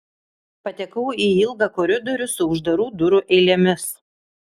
patekau į ilgą koridorių su uždarų durų eilėmis